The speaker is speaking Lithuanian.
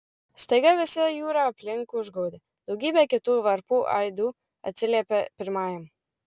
staiga visa jūra aplink užgaudė daugybė kitų varpų aidu atsiliepė pirmajam